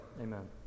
Amen